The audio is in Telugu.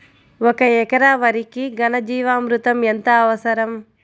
ఒక ఎకరా వరికి ఘన జీవామృతం ఎంత అవసరం?